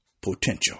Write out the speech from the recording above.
potential